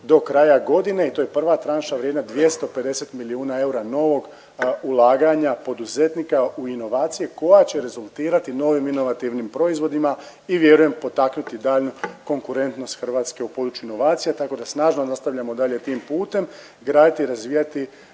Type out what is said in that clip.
do kraja godine i to je prva tranša vrijedna 250 milijuna eura novog ulaganja poduzetnika u inovacije koja će rezultirati novim inovativnim proizvodima i vjerujem potaknuti daljnju konkurentnost Hrvatske u području inovacija, tako da snažno nastavljamo dalje tim putem graditi i razvijati